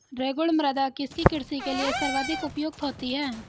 रेगुड़ मृदा किसकी कृषि के लिए सर्वाधिक उपयुक्त होती है?